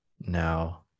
Now